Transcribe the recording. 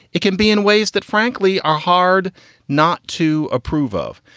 it can be in ways that, frankly, are hard not to approve of.